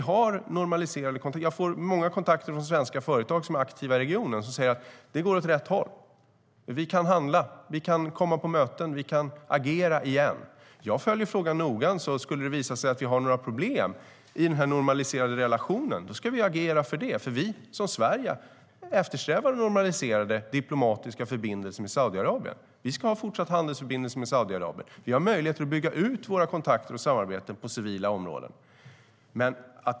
Jag har många kontakter med svenska företag som är aktiva i regionen och som säger att det går åt rätt håll. De kan handla, de kan komma på möten, de kan agera igen. Jag följer frågan noggrant. Skulle det visa sig att vi har några problem i den här normaliserade relationen ska vi agera efter det, för Sverige eftersträvar normaliserade diplomatiska förbindelser med Saudiarabien. Vi ska ha fortsatta handelsförbindelser med Saudiarabien. Vi har möjligheter att bygga ut våra kontakter och samarbeten på civila områden.